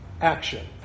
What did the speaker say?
action